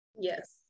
yes